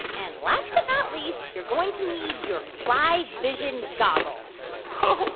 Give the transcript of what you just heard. and last but not least, you're going to need your fly vision goggles oh,